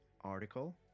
article